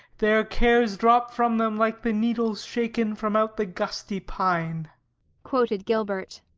their cares drop from them like the needles shaken from out the gusty pine quoted gilbert.